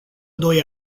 doi